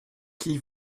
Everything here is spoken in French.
qui